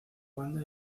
banda